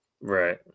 Right